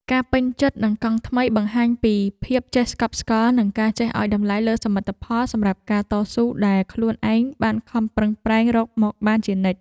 ការពេញចិត្តនឹងកង់ថ្មីបង្ហាញពីភាពចេះស្កប់ស្កល់និងការចេះឱ្យតម្លៃលើសមិទ្ធផលសម្រាប់ការតស៊ូដែលខ្លួនឯងបានខំប្រឹងប្រែងរកមកបានជានិច្ច។